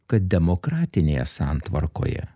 kad demokratinėje santvarkoje